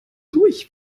durch